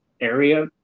area